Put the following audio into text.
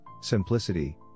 simplicity